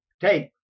take